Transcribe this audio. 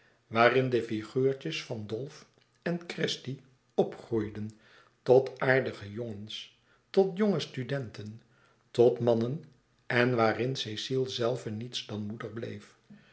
waarin de figuurtjes van dolf en christie opgroeiden tot aardige jongens tot jonge studenten tot mannen en waarin cecile zelve niets dan moeder bleef